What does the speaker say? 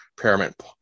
Paramount